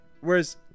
Whereas